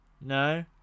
No